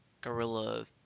guerrilla